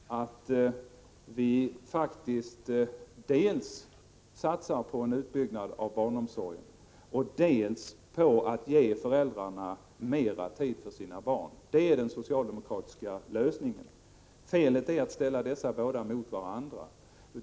Herr talman! Det faktiska läget är det att vi satsar dels på att bygga ut barnomsorgen, dels på att ge föräldrarna mer tid för sina barn. Det är den socialdemokratiska lösningen. Felet är att ställa dessa båda satsningar mot varandra.